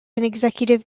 executive